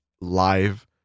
live